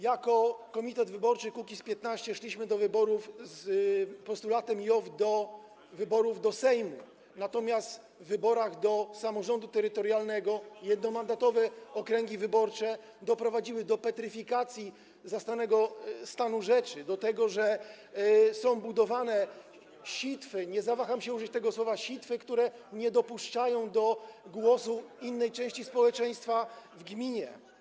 Jako komitet wyborczy Kukiz’15 szliśmy z postulatem JOW do wyborów do Sejmu, natomiast w wyborach do samorządu terytorialnego jednomandatowe okręgi wyborcze doprowadziły do petryfikacji zastanego stanu rzeczy, do tego, że są budowane sitwy, nie zawaham się użyć tego słowa, sitwy, które nie dopuszczają do głosu innej części społeczeństwa w gminie.